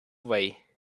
way